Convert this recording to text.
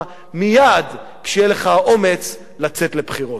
מייד כשיהיה לך האומץ לצאת לבחירות.